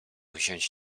wziąć